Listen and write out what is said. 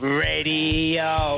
radio